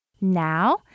Now